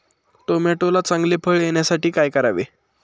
टोमॅटोला चांगले फळ येण्यासाठी काय करावे?